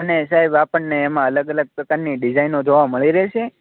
અને સાહેબ આપણને એમાં અલગ અલગ પ્રકારની ડિઝાઈનો જોવા મળી રહેશે